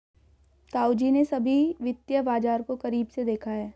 ताऊजी ने सभी वित्तीय बाजार को करीब से देखा है